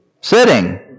Sitting